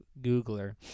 Googler